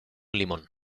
limón